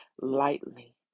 lightly